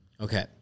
Okay